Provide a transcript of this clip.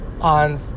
on